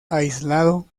aislado